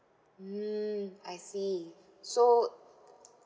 mm I see so